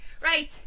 right